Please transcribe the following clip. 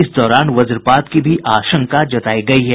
इस दौरान वजपात की भी आशंका जतायी गयी है